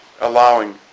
allowing